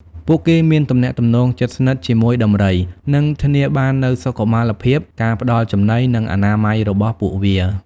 ពួកគេមានទំនាក់ទំនងជិតស្និទ្ធជាមួយដំរី និងធានាបាននូវសុខុមាលភាព ការផ្តល់ចំណី និងអនាម័យរបស់ពួកវា។